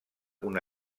una